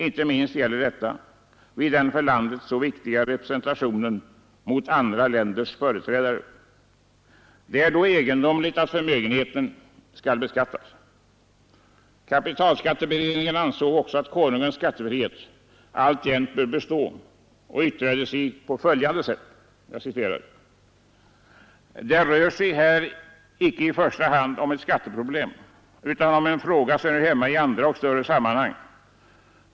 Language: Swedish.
Inte minst gäller detta vid den för landet så viktiga representationen mot andra länders företrädare. Det är då egendomligt att förmögenheten skall beskattas. Kapitalskatteberedningen ansåg också att Konungens skattefrihet alltjämt bör bestå och yttrade sig bl.a. på följande sätt: ” Det rör sig här inte i första hand om ett skatteproblem utan om en fråga som hör hemma i andra och större sammanhang.